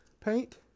paint